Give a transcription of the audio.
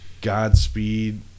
Godspeed